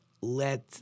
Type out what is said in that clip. let